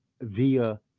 via